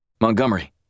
Montgomery